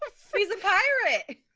ah he's a pirate